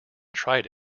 tried